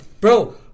Bro